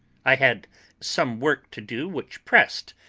i had some work to do which pressed,